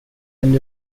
end